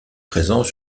présents